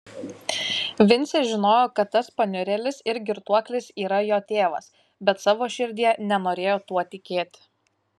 vincė žinojo kad tas paniurėlis ir girtuoklis yra jo tėvas bet savo širdyje nenorėjo tuo tikėti